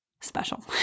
special